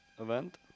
event